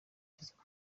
tizama